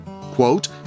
Quote